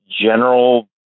general